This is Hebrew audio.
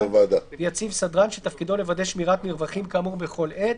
ויציב סדרן שתפקידו לוודא שמירת מרווחים כאמור בכל עת,